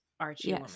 Archie